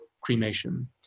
cremation